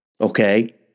Okay